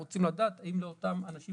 אנחנו רוצים לדעת האם לאותם אנשים